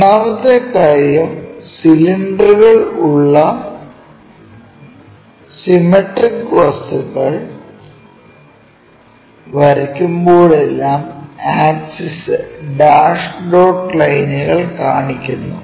രണ്ടാമത്തെ കാര്യം സിലിണ്ടറുകൾ ഉള്ള സിമട്രിക്ക് വസ്തുക്കൾ വരയ്ക്കുമ്പോഴെല്ലാം ആക്സിസ് ഡാഷ് ഡോട്ട് ലൈനുകളിൽ കാണിക്കുന്നു